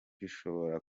bishobora